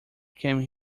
came